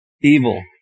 Evil